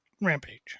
rampage